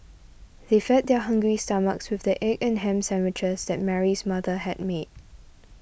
they fed their hungry stomachs with the egg and ham sandwiches that Mary's mother had made